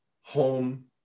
home